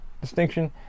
distinction